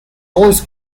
always